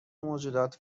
موجودات